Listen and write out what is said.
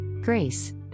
Grace